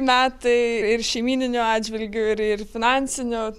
metai ir šeimyniniu atžvilgiu ir ir finansiniu